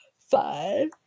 Five